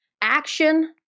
Action